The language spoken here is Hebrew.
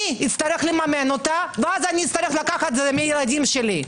אצטרך לממן אותה ואז אצטרך לקחת את זה מהילדים שלי.